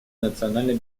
национальной